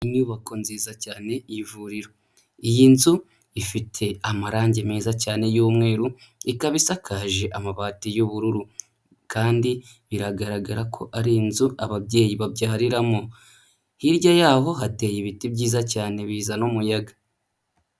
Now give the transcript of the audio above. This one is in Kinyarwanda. Inyubako nziza cyane yivuriro. Iyi nzu ifite amarangi meza cyane y'umweru, ikaba isakaje amabati y'ubururu kandi biragaragara ko ari inzu ababyeyi babyariramo, hirya yaho hateye ibiti byiza cyane bizana umuyaga.